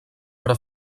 però